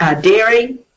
dairy